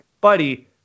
Buddy